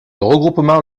regroupement